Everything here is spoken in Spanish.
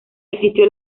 existió